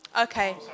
Okay